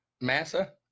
Massa